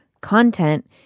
content-